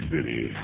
City